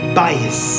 bias